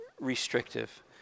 restrictive